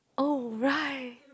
oh right